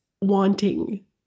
wanting